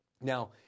Now